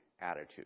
attitude